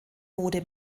mode